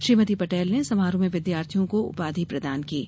श्रीमती पटेल ने समारोह में विद्यार्थियों को उपाधि प्रदान कीं